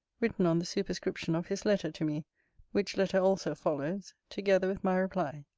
written on the superscription of his letter to me which letter also follows together with my reply.